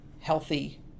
healthy